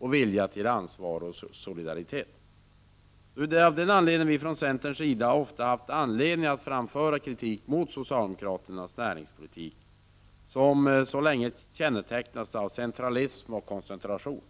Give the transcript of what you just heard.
samt vilja till ansvar och solidaritet. 13 december 1989 Det är därför som centern ofta har haft anledning att framföra kritik mot 0 Nn socialdemokraternas näringspolitik, som så länge har kännetecknats av centralism och koncentration.